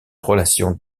relation